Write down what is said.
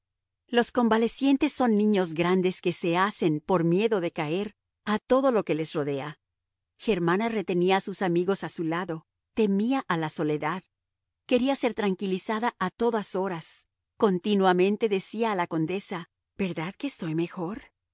los convalecientes son niños grandes que se asen por miedo de caer a todo lo que les rodea germana retenía a sus amigos a su lado temía a la soledad quería ser tranquilizada a todas horas continuamente decía a la condesa verdad que estoy mejor